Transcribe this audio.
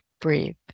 breathe